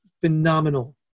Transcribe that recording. phenomenal